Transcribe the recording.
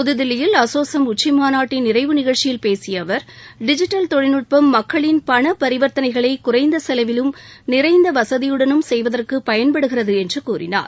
புதுதில்லியில் அசோக்செம் உச்சிமாநாட்டின் நிறைவு நிகழ்ச்சியில் பேசிய அவர் டிஜிட்டல் தொழில்நுட்பம் மக்களின் பண பரிவர்த்தனைகளை குறைந்த செலவிலும் நிறைந்த வசதியுடனும் செய்வதற்கு பயன்படுகிறது என்று கூறினார்